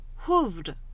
hooved